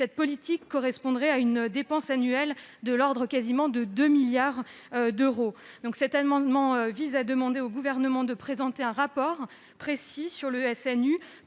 cette politique correspondrait à une dépense annuelle de presque 2 milliards d'euros. Le présent amendement vise à demander au Gouvernement de présenter un rapport précis sur le SNU,